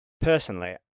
personally